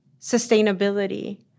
sustainability